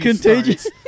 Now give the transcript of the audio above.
Contagious